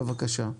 בבקשה.